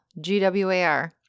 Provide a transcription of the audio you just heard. G-W-A-R